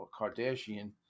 Kardashian